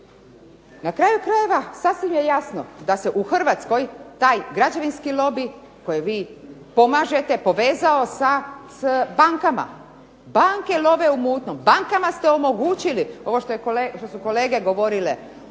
Na kraju krajeva sasvim je jasno da se u Hrvatskoj taj građevinski lobi koji vi pomažete, povezao sa bankama. Banke love u mutnom, bankama ste omogućili, ovo što su kolege govorile,